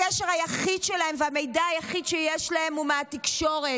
הקשר היחיד שלהן והמידע היחיד שיש להן הוא מהתקשורת,